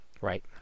Right